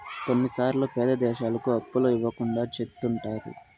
కొన్నిసార్లు పేద దేశాలకు అప్పులు ఇవ్వకుండా చెత్తుంటారు